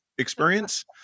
experience